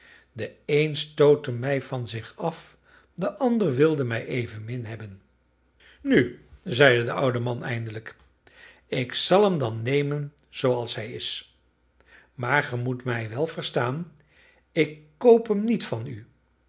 de een stootte mij van zich af de ander wilde mij evenmin hebben nu zeide de oude man eindelijk ik zal hem dan nemen zooals hij is maar ge moet mij wel verstaan ik koop hem niet van u